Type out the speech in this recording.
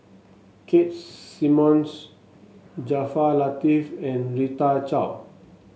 Keith Simmons Jaafar Latiff and Rita Chao